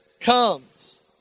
comes